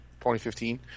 2015